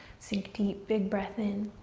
sink deep, big breath in.